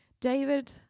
David